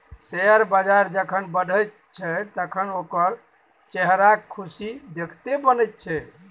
share बजार जखन बढ़ैत छै तखन ओकर चेहराक खुशी देखिते बनैत छै